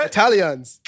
Italians